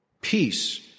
peace